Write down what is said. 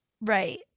Right